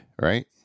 right